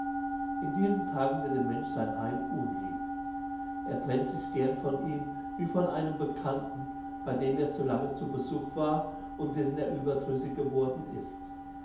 in diesen tagen wird dem menschen sein heim unlieb er trennt sich gern von ihm wie von einem bekannten bei dem er zu lange zu besuch war und dessen er überdrüssig geworden ist